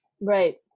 Right